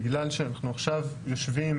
בגלל שאנחנו עכשיו יושבים,